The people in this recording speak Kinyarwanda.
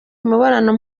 imibonano